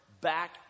back